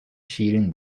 شیرین